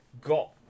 got